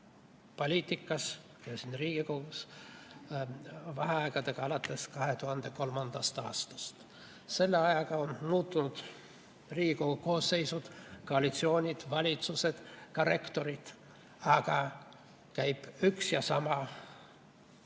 poliitikas ja siin Riigikogus vaheaegadega olnud alates 2003. aastast. Selle ajaga on muutunud Riigikogu koosseisud, koalitsioonid, valitsused, ka rektorid, aga on üks ja sama